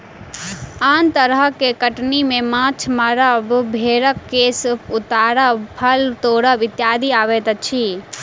आन तरह के कटनी मे माछ मारब, भेंड़क केश उतारब, फल तोड़ब इत्यादि अबैत अछि